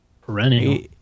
perennial